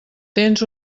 tens